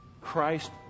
Christ